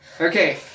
Okay